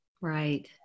Right